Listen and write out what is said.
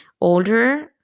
older